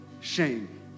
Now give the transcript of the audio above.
shame